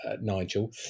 Nigel